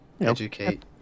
Educate